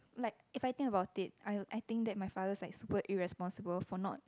like if I think about it I I think my father is like super irresponsible for not